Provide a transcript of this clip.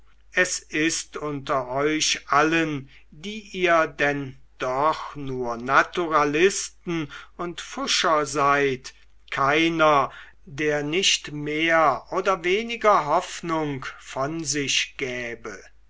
es ist unter euch allen die ihr denn doch nur naturalisten und pfuscher seid keiner der nicht mehr oder weniger hoffnung von sich gäbe